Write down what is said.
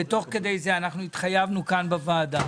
תוך כדי זה אנחנו התחייבנו, כאן בוועדה: